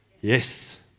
Yes